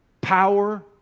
power